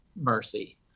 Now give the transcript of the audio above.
mercy